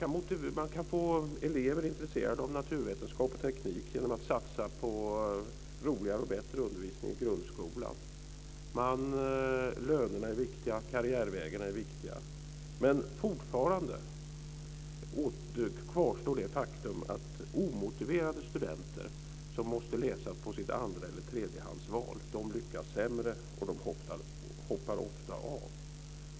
Jo, man kan få elever intresserade av naturvetenskap och teknik genom att satsa på roligare och bättre undervisning i grundskolan. Lönerna är viktiga. Karriärvägarna är viktiga. Men fortfarande kvarstår det faktum att omotiverade studenter som måste läsa på sitt andrahands eller tredjehandsval lyckas sämre och hoppar ofta av.